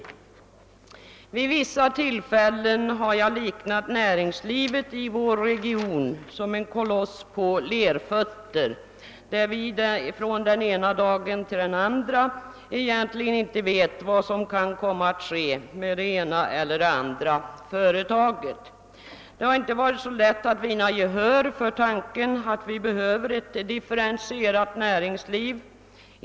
Jag har vid vissa tillfällen liknat näringslivet i vår region vid en koloss på lerfötter. Vi vet inte från den ena dagen till den andra vad som kan komma att hända med det ena eller det andra företaget. Det har inte varit så lätt att vinna gehör för tanken att vi behöver ett differentierat näringsliv.